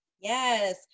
Yes